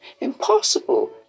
Impossible